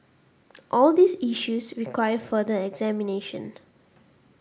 all these issues require further examination